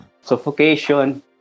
Suffocation